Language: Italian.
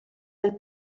del